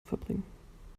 verbringen